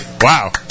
Wow